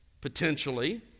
potentially